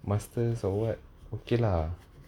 masters or what okay lah